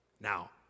Now